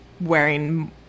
wearing